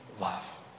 love